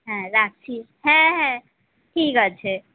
হ্যাঁ রাকছি হ্যাঁ হ্যাঁ ঠিক আছে